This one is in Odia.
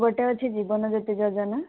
ଗୋଟିଏ ଅଛି ଜୀବନ ଜ୍ୟୋତି ଯୋଜନା